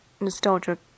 Nostalgia